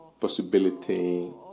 possibility